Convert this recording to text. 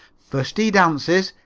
first he dances,